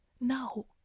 no